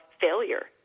failure